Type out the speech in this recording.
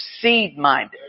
seed-minded